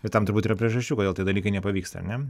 ir tam turbūt yra priežasčių kodėl tie dalykai nepavyksta ar ne